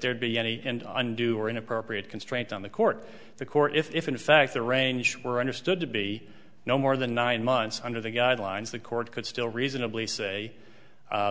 there'd be any undue or inappropriate constraint on the court the court if in fact the range were understood to be no more than nine months under the guidelines the court could still reasonably say